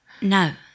No